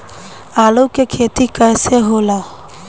आलू के खेती कैसे होला?